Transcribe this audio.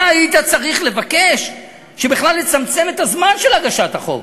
אתה היית צריך לבקש שבכלל נצמצם את הזמן של הגשת החוק,